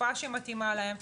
בשפה שמתאימה להם,